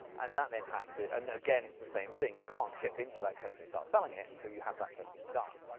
and that then has to, and again, it's the same thing. you can't ship into that country and start selling it until you have that testing done,